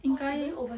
应该